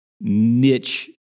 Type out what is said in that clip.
niche